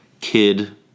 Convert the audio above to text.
kid